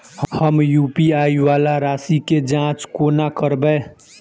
हम यु.पी.आई वला राशि केँ जाँच कोना करबै?